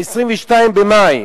22 במאי,